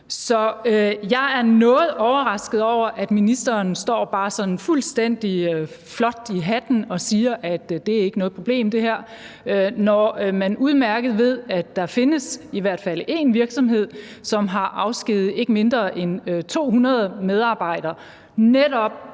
jeg er noget overrasket over, at ministeren bare står sådan fuldstændig høj i hatten og siger, at det ikke er noget problem, når man udmærket ved, at der findes i hvert fald én virksomhed, som har afskediget ikke mindre end 200 medarbejdere, netop